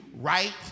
right